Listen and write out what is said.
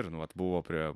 ir nu vat buvo prie